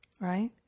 Right